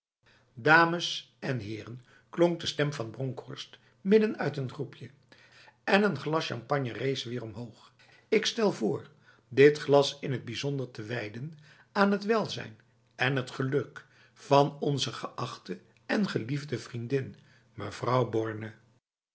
dames en herenf klonk de stem van bronkhorst midden uit een groepje en een glas champagne rees weer omhoog ik stel voor dit glas in het bijzonder te wijden aan het welzijn en het geluk van onze geachte en geliefde vriendin mevrouw borne